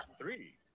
Three